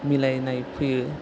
मिलायनाय फैयो